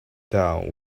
down